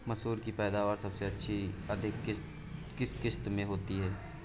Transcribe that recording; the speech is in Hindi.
मसूर की पैदावार सबसे अधिक किस किश्त में होती है?